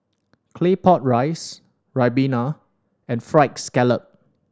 Claypot Rice ribena and Fried Scallop